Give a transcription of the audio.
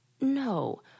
No